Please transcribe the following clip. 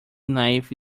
knife